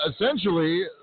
essentially